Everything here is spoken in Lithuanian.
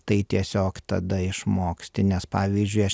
tai tiesiog tada išmoksti nes pavyzdžiui aš